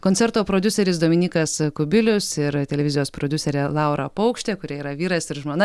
koncerto prodiuseris dominykas kubilius ir televizijos prodiuserė laura paukštė kurie yra vyras ir žmona